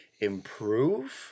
improve